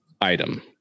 item